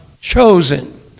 chosen